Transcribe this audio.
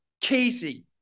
Casey